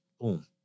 boom